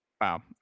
Wow